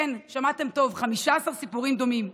כן, שמעתם טוב, 15 סיפורים דומים.